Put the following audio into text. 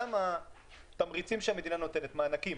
גם התמריצים והמענקים